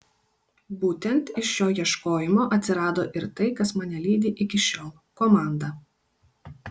būtent iš šio ieškojimo atsirado ir tai kas mane lydi iki šiol komanda